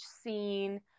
scene